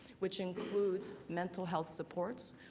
which includes meant health supports,